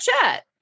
chat